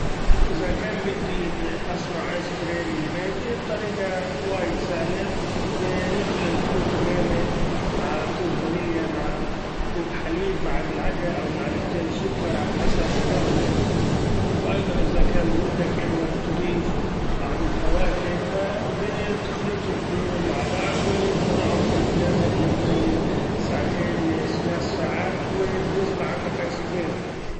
إذا كان بدي إني اصنع أيس كريم بالبيت الطريقة وايد سهلة; بنخلط كوب كريمة مع كوب فإنيليا مع كوب حليب مع ملعقة أو ملعقتين سكر على حسب الرغبة ، وأيضا إذا كان بودك إنك تضيف بعض الفواكه فبتخلطهم كلهم مع بعض وبتضعهم في الفريز لمدة من ساعتين لثلاث ساعات ، وبيصبح عندك أيس كريم.